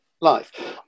life